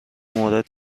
مورد